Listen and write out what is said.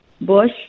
bush